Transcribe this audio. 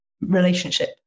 relationship